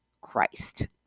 Christ